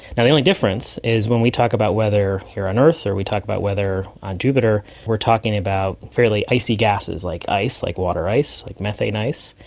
and the only difference is when we talk about weather here on earth or we talk about weather on jupiter we are talking about fairly icy gases like ice, like water ice, like methane ice.